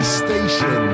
station